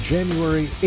January